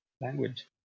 language